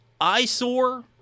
eyesore